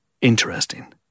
interesting